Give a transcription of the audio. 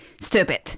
stupid